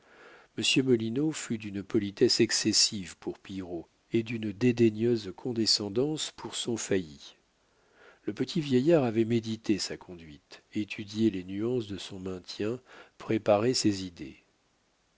molineux fut d'une politesse excessive pour pillerault et d'une dédaigneuse condescendance pour son failli le petit vieillard avait médité sa conduite étudié les nuances de son maintien préparé ses idées